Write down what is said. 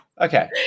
Okay